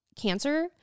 cancer